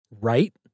right